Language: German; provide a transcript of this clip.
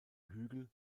hügel